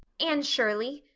anne shirley,